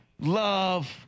love